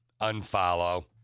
unfollow